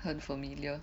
很 familiar